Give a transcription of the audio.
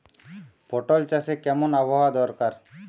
পটল চাষে কেমন আবহাওয়া দরকার?